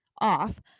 off